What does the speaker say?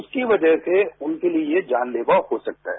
उसकी वजह से उनके लिए ये जानलेवा हो सकता है